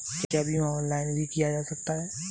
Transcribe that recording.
क्या बीमा ऑनलाइन भी किया जा सकता है?